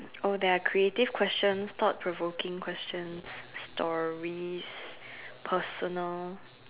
oh they are creative questions thought provoking questions stories personal